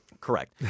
Correct